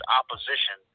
opposition